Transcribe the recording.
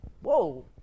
whoa